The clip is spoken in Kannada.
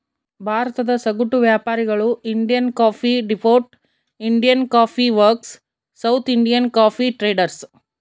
ಭಾರತದ ಸಗಟು ವ್ಯಾಪಾರಿಗಳು Indian coffee depot, Indian coffee works, South Indian coffee traders